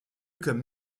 comme